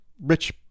rich